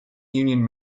union